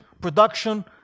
production